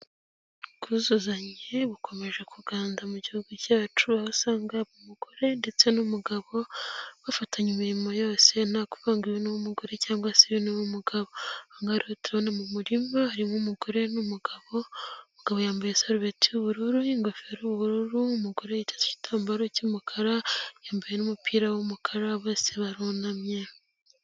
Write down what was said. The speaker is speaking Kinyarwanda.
Ubwuzuzanye bukomeje kuganda mu gihugu cyacu, aho usanga umugore ndetse n'umugabo bafatanya imirimo yose nta kuvanga ngo iyi niy'umugore cyangwa se niy'umugabo. Ahangaha rero turabona mu murima harimo umugore n'umugabo, umugabo yambaye isarubeti y'ubururu n'ingofero y'ubururu, umugore yiteze igitambaro cy'umukara yambaye n'umupira w'umukara bose barunamye.